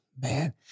Man